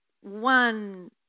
one